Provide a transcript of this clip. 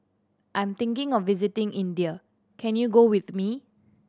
I'm thinking of visiting India can you go with me